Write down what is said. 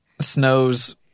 snow's